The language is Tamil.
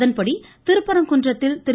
இதன்படி திருப்பரங்குன்றத்தில் திரு